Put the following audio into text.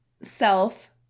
self